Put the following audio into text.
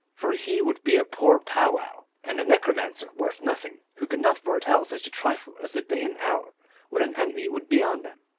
for he would be a poor powwow and a necromancer worth nothing who could not foretell such a trifle as the day and hour when an enemy would be on them!